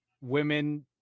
women